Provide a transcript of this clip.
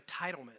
entitlement